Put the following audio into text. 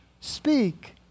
speak